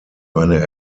eine